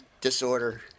disorder